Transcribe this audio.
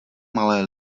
malé